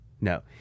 no